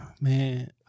man